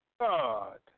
God